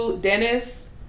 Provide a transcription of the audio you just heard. Dennis